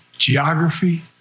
Geography